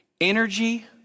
Energy